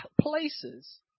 places